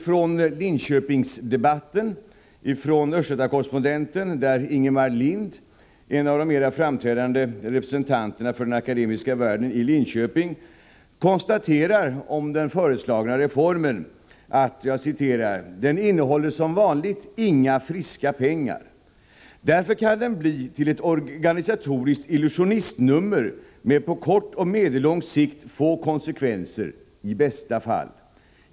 Jag vill citera från Östgöta Correspondenten, där Ingemar Lind, en av de mer framträdande representanterna för den akademiska världen i Linköping, konstaterar om den föreslagna reformen: ”Den föreslagna reformen innehåller som vanligt inga ”friska pengar”. Därför kan den bli till ett organisatoriskt illusionistnummer med på kort och medellång sikt få konsekvenser — i bästa fall.